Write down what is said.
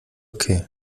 okay